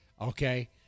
Okay